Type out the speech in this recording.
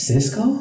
Cisco